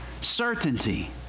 certainty